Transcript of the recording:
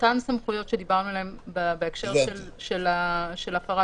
אותן סמכויות שדיברנו עליהן בהקשר של הפרת